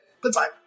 Goodbye